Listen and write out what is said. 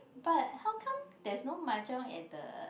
but how come there's no mahjong at the